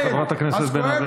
חברת הכנסת בן ארי.